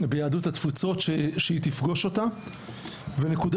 ביהדות התפוצות שהיא תפגוש אותה ונקודה